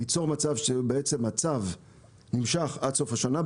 ליצור בעצם מצב נמשך עד סוף השנה,